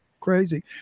crazy